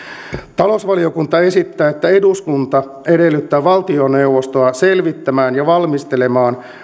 talousvaliokunta esittää että eduskunta edellyttää valtioneuvostoa selvittämään ja valmistelemaan